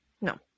No